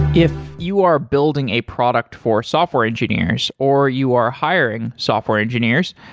if you are building a product for software engineers or you are hiring software engineers,